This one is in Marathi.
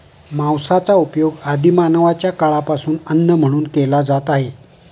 मांसाचा उपयोग आदि मानवाच्या काळापासून अन्न म्हणून केला जात आहे